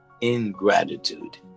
ingratitude